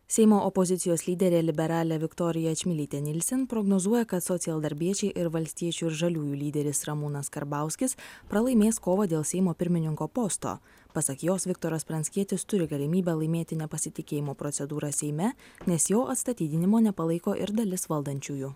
seimo opozicijos lyderė liberalė viktorija čmilytė nylsin prognozuoja kad socialdarbiečiai ir valstiečių ir žaliųjų lyderis ramūnas karbauskis pralaimės kovą dėl seimo pirmininko posto pasak jos viktoras pranckietis turi galimybę laimėti nepasitikėjimo procedūrą seime nes jo atstatydinimo nepalaiko ir dalis valdančiųjų